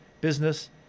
business